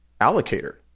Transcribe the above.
allocator